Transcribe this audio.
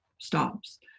stops